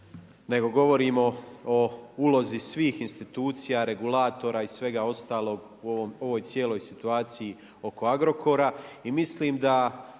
nego govorimo o ulozi svih institucija, regulatora i svega ostalog u ovoj cijeloj situaciji oko Agrokora.